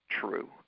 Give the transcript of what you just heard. true